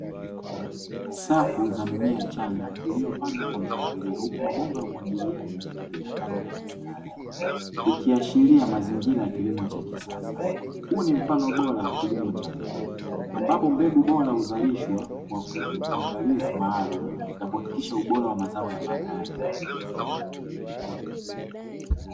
Safu za mimea changa iliyopandwa kwa mpangilio, huku mabomba ya umwagiliaji yakipita kando ya mistari, ikiashiria mazingira ya kilimo cha kisasa. Huu ni mfano bora wa kilimo cha mbegu ambapo mbegu bora huzalishwa kwa uangalizi maalumu na kuhakikisha ubora wa mazao ya baadae.